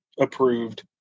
approved